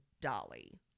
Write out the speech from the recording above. Dolly